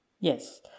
Yes